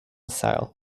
style